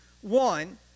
one